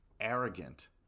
arrogant